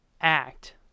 act